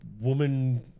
woman